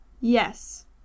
Yes